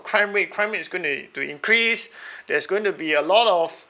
crime rate crime rate is gonna to increase there's going to be a lot of